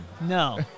No